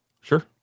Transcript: Sure